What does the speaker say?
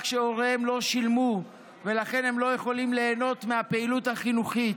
שהוריהם לא שילמו ולכן הם לא יכולים ליהנות מהפעילות החינוכית.